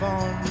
on